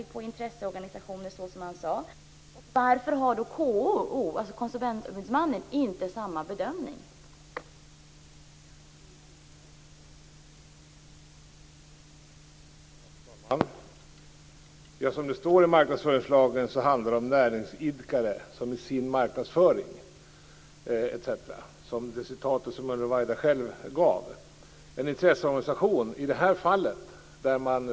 Men så här är det nu inte. Anser alltså ministern, som han sade, att marknadsföringslagen är tillämplig i fråga om intresseorganisationer?